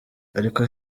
ariko